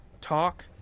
talk